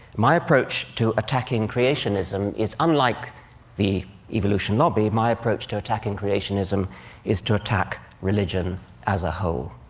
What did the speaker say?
my approach to attacking creationism is unlike the evolution lobby my approach to attacking creationism is to attack religion as a whole.